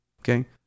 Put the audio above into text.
Okay